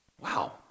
Wow